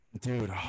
Dude